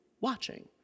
watching